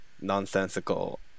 nonsensical